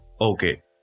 okay